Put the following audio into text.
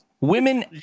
Women